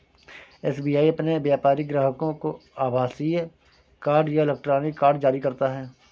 SBI अपने व्यापारिक ग्राहकों को आभासीय कार्ड या इलेक्ट्रॉनिक कार्ड जारी करता है